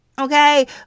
okay